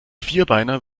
vierbeiner